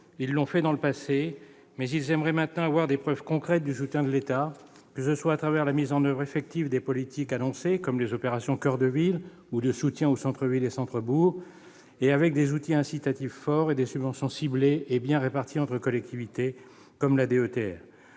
ils l'ont fait dans le passé. Mais ils aimeraient maintenant avoir des preuves concrètes du soutien de l'État, que ce soit au travers de la mise en oeuvre effective des politiques annoncées, comme les opérations « Coeur de ville » ou de soutien aux centres-villes et centres-bourgs, et avec des outils incitatifs forts ainsi que des subventions ciblées et bien réparties entre collectivités, comme la DETR.